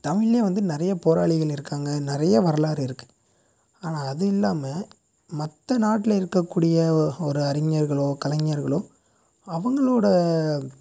தமிழில் வந்து நிறையா போராளிகள் இருக்காங்க நிறைய வரலாறு இருக்குது ஆனால் அது இல்லாமல் மற்ற நாட்டில் இருக்கக் கூடிய ஒரு அறிஞர்களோ கலைஞர்களோ அவங்களோட